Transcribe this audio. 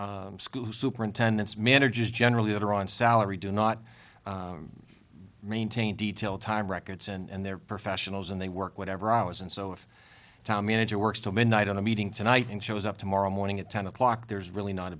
edges school superintendents men or just generally that are on salary do not maintain detail time records and they're professionals and they work whatever hours and so if tom manager works till midnight on a meeting tonight and shows up tomorrow morning at ten o'clock there's really not